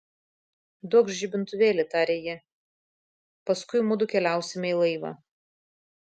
duokš žibintuvėlį tarė ji paskui mudu keliausime į laivą